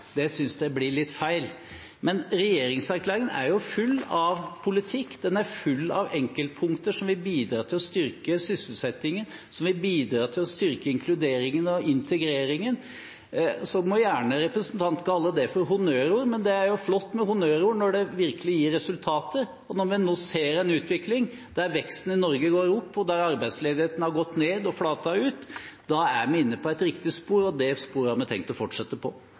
– synes jeg blir litt feil. Men regjeringserklæringen er full av politikk, den er full av enkeltpunkter som vil bidra til å styrke sysselsettingen, som vil bidra til å styrke inkluderingen og integreringen. Så må gjerne representanten kalle det for honnørord, men det er jo flott med honnørord når det virkelig gir resultater. Og når vi nå ser en utvikling der veksten i Norge går opp, og der arbeidsledigheten har gått ned og flatet ut, er vi inne på et riktig spor. Det sporet har vi tenkt å fortsette på.